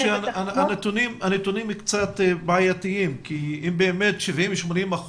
רק שהנתונים קצת בעייתיים כי אם באמת 80%-70%